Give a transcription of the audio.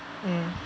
mm